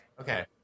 Okay